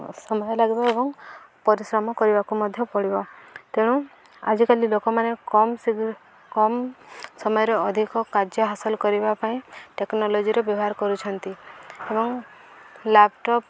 ସମୟ ଲାଗିବ ଏବଂ ପରିଶ୍ରମ କରିବାକୁ ମଧ୍ୟ ପଡ଼ିବ ତେଣୁ ଆଜିକାଲି ଲୋକମାନେ କମ୍ ଶୀଘ୍ର କମ୍ ସମୟରେ ଅଧିକ କାର୍ଯ୍ୟ ହାସଲ କରିବା ପାଇଁ ଟେକ୍ନୋଲୋଜିର ବ୍ୟବହାର କରୁଛନ୍ତି ଏବଂ ଲ୍ୟାପଟପ୍